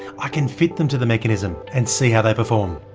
i can fit them to the mechanism and see how they perform.